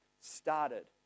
started